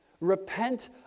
repent